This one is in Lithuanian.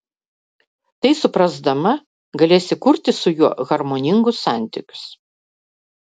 tai suprasdama galėsi kurti su juo harmoningus santykius